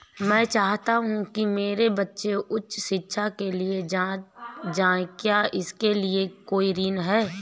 मैं चाहता हूँ कि मेरे बच्चे उच्च शिक्षा के लिए जाएं क्या इसके लिए कोई ऋण है?